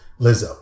Lizzo